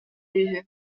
үһү